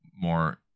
more